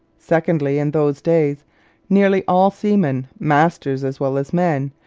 secondly, in those days nearly all seamen, masters as well as men,